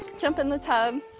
jump in the tub,